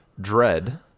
Dread